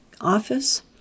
office